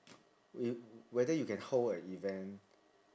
i~ whether you can hold a event